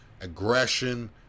aggression